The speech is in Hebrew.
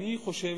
אני חושב